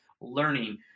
learning